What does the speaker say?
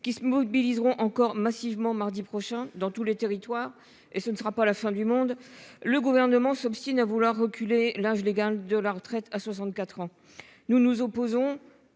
qui se mobiliseront encore massivement mardi prochain dans tous les territoires et ce ne sera pas la fin du monde. Le gouvernement s'obstine à vouloir reculer l'âge légal de la retraite à 64 ans. Nous nous opposons.